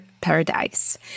paradise